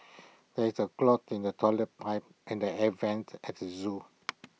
there is A clog in the Toilet Pipe and the air Vents at the Zoo